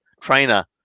trainer